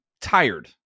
tired